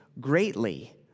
greatly